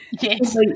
Yes